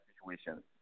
situations